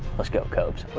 let's go cobes.